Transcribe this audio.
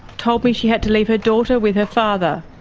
told me she had to leave her daughter with her father,